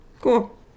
cool